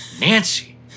Nancy